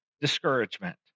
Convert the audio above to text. discouragement